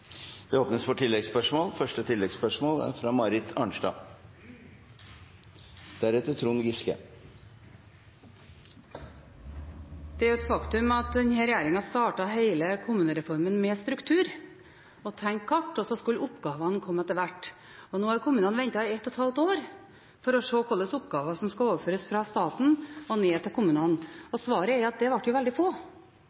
Det blir oppfølgingsspørsmål – først Marit Arnstad. Det er et faktum at denne regjeringen startet hele kommunereformen med struktur, med å tegne kart, og så skulle oppgavene komme etter hvert. Nå har kommunene ventet i ett og et halvt år for å se hvilke oppgaver som skulle overføres fra staten og ned til kommunene. Svaret er at det ble veldig få,